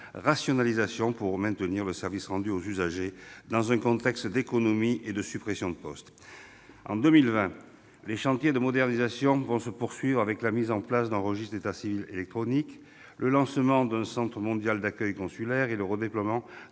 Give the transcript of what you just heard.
rationalisation pour maintenir le service rendu aux usagers dans un contexte d'économies et de suppressions de postes. En 2020, les chantiers de modernisation vont se poursuivre, avec la mise en place d'un registre d'état civil électronique, le lancement d'un « centre mondial d'accueil consulaire » et le déploiement